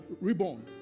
reborn